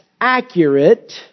accurate